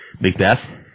Macbeth